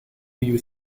you